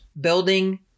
building